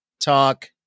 talk